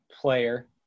player